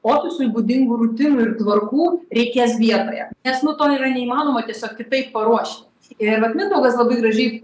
ofisui būdingų rutinų ir tvarkų reikės vietoje nes nu to yra neįmanoma tiesiog kitaip paruošti ir vat mindaugas labai gražiai